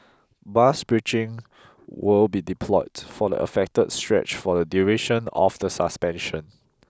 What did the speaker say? bus bridging will be deployed for the affected stretch for the duration of the suspension